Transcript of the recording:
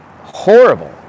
horrible